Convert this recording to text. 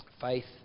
Faith